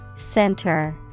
Center